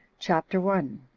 chapter one.